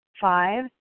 Five